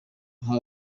nka